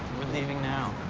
we're leaving now.